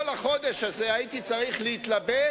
שלא מסתדרת,